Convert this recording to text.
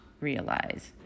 realize